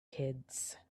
kids